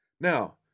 Now